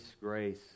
grace